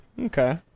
okay